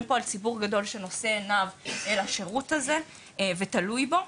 פה על ציבור גדול שנושא עיניו אל השירות הזה ותלוי בו.